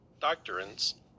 doctrines